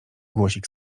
głosik